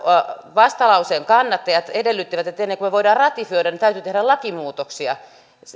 vastalauseen kannattajat edellyttivät että ennen kuin me voimme ratifioida täytyy tehdä lakimuutoksia